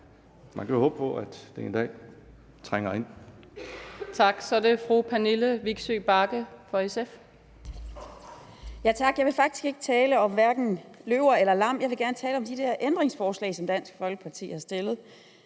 man kan jo håbe på, at det en dag trænger ind.